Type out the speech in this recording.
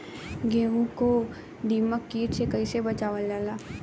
गेहूँ को दिमक किट से कइसे बचावल जाला?